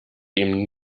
ihm